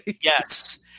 Yes